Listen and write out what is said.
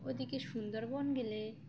ওদিকে সুন্দরবন গেলে